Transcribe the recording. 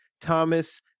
Thomas